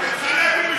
מתחרה פה בסמוטריץ,